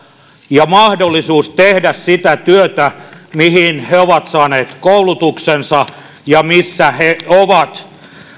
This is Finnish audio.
ja mahdollisuus tehdä sitä työtä mihin he ovat saaneet koulutuksensa ja missä he ovat